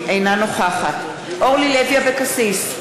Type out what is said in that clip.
אינה נוכחת אורלי לוי אבקסיס,